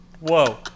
whoa